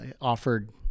offered